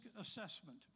assessment